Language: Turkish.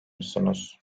musunuz